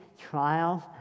trials